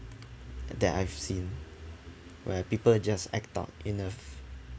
that I've seen where people just act out in a